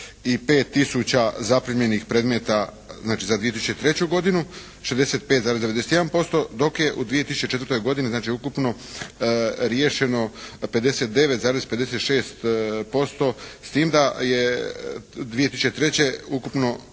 tisuća zaprimljenih predmeta znači za 2003. godinu 65,91% dok je u 2004. godini znači ukupno riješeno 59,56% s tim da je 2003. ukupno